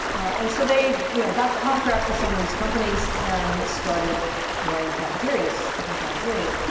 and so they you know got contracts with some of these companies and started running cafeterias, company cafeterias.